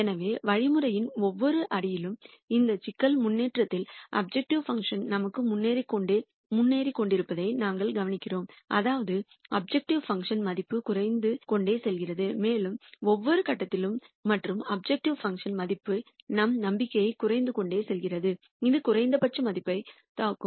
எனவே வழிமுறையின் ஒவ்வொரு அடியிலும் இந்த சிக்கல் முன்னேற்றத்தில் அப்ஜெக்டிவ் பங்க்ஷன் நமக்கு முன்னேறிக் கொண்டிருப்பதை நாங்கள் கவனிக்கிறோம் அதாவது அப்ஜெக்டிவ் பங்க்ஷன் மதிப்பு குறைந்து கொண்டே செல்கிறது மேலும் ஒவ்வொரு கட்டத்திலும் மற்றும் அப்ஜெக்டிவ் பங்க்ஷன் மதிப்பு நம் நம்பிக்கையை குறைத்துக்கொண்டே செல்கிறது இது குறைந்தபட்ச மதிப்பைத் தாக்கும்